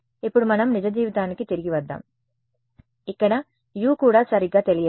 ఇప్పుడు మనం నిజ జీవితానికి తిరిగి వద్దాం ఇక్కడ U కూడా సరిగ్గా తెలియదు